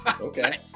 Okay